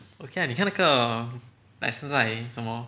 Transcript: okay lah 你看那个 um like 现在什么